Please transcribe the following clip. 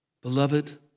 Beloved